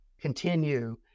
continue